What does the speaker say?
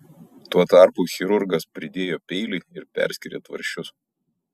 tuo tarpu chirurgas pridėjo peilį ir perskyrė tvarsčius